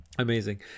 Amazing